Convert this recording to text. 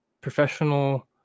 professional